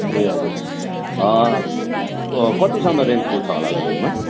ए हजुर कतिसम्म रेन्जको छ होला तपाईँकोमा